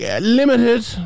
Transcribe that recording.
limited